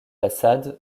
façades